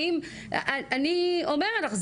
אני אומרת לך,